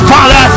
Father